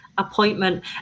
appointment